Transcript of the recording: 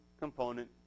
component